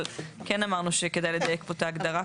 אבל כן אמרנו שכדאי לדייק פה את ההגדרה,